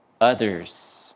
others